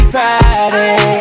Friday